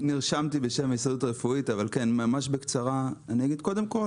קודם כול,